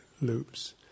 loops